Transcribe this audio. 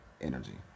energy